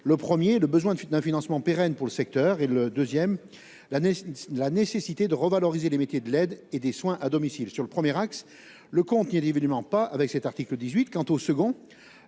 d'une part, besoin d'un financement pérenne pour le secteur, d'autre part, nécessité de revaloriser les métiers de l'aide et des soins à domicile. Sur le premier axe, le compte n'y est évidemment pas avec cet article ; quant au second,